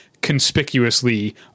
conspicuously